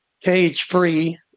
cage-free